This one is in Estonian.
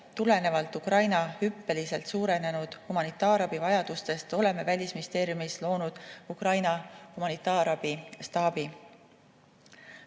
tulenevalt Ukraina hüppeliselt suurenenud humanitaarabi vajadusest oleme Välisministeeriumis loonud Ukraina humanitaarabi staabi.